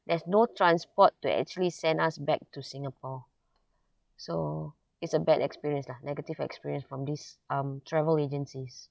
there's no transport to actually send us back to singapore so it's a bad experience lah negative experience from this um travel agencies